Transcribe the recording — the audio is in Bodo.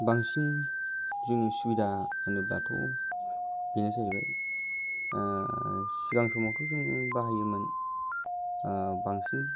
बांसिन जोंनि सुबिदा होनोब्लाथ' बेयो जाहैबाय सिगां समावथ' जों बाहायोमोन बांसिन